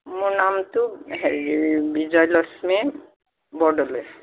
মোৰ নামটো হেৰি বিজয়লক্ষ্মী বৰদলৈ